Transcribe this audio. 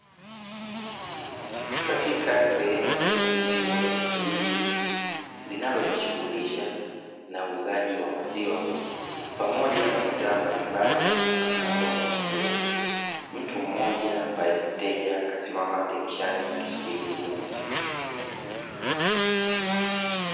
Katika sehemu ya nje ya duka hili linalojishughulisha na uuzaji wa maziwa, pamoja na bidhaa mbalimbali zitokanazo na maziwa. Mtu mmoja ambaye ni mteja kasimama dirishani akisubiri huduma.